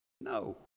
no